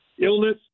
illness